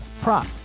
prop